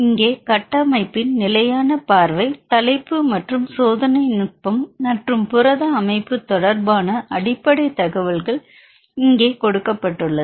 இங்கே கட்டமைப்பின் நிலையான பார்வை தலைப்பு மற்றும் சோதனை நுட்பம் மற்றும் புரத அமைப்பு தொடர்பான அடிப்படை தகவல்கள் இங்கே கொடுக்கப்பட்டுள்ளது